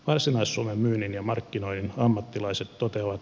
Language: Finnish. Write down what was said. varsinais suomen myynnin ja markkinoinnin ammattilaiset toteavat